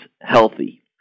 healthy